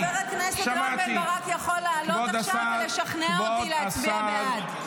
חבר הכנסת רם בן ברק יכול לעלות עכשיו ולשכנע אותי להצביע בעד.